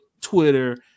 Twitter